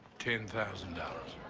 ten thousand dollars.